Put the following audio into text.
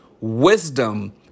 wisdom